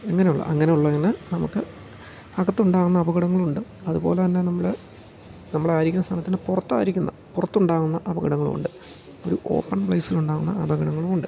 ഇങ്ങനെയുള്ള അങ്ങനെയുള്ളത് തന്നെ നമുക്ക് അകത്തുണ്ടാവുന്ന അപകടങ്ങൾ ഉണ്ട് അതുപോലെ തന്നെ നമ്മൾ നമ്മൾ ആ ഇരിക്കുന്ന സ്ഥലത്തിന് പുറത്തായിരിക്കുന്ന പുറത്തുണ്ടാവുന്ന അപകടങ്ങളുമുണ്ട് ഒരു ഓപ്പൺ പ്ലേസിൽ ഉണ്ടാവുന്ന അപകടങ്ങളുണ്ട്